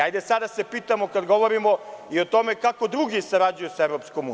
Hajde sada da se pitamo kada govorimo i o tome kako drugi sarađuju sa EU.